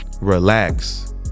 relax